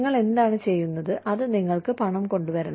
നിങ്ങൾ എന്താണ് ചെയ്യുന്നത് അത് നിങ്ങൾക്ക് പണം കൊണ്ടുവരണം